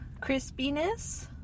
crispiness